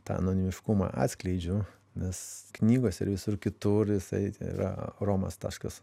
tą anonimiškumą atskleidžiu nes knygose ir visur kitur jisai tai yra romas taškas